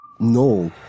No